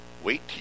Wait